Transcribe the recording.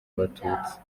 abatutsi